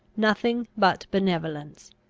nothing but benevolence.